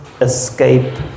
escape